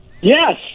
Yes